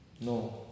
No